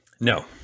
No